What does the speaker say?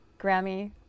Grammy